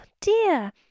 dear